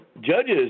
judges